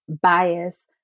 bias